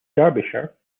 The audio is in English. derbyshire